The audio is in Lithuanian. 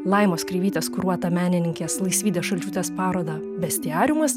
laimos kreivytės kuruotą menininkės laisvydės šalčiūtės parodą bestiariumas